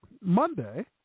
Monday